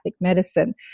medicine